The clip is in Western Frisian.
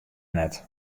net